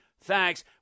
thanks